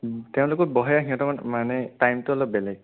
তেওঁলোকো বহে সিহঁতৰ মানে টাইমটো অলপ বেলেগ